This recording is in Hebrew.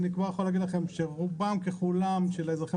אני כבר יכול להגיד לכם שרובם ככולם של האזרחים